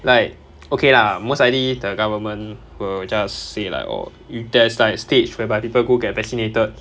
like okay lah most likely the government will just say lah oh if there's like stage whereby people go get vaccinated